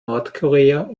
nordkorea